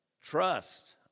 Trust